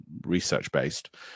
research-based